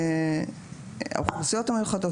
יש אוכלוסיות מיוחדות,